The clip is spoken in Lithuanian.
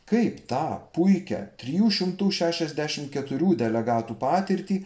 kaip tą puikią trijų šimtų šešiasdešimt keturių delegatų patirtį